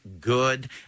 good